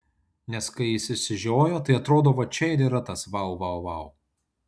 nes kai jis išsižiojo tai atrodo va čia ir yra tas vau vau vau